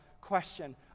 question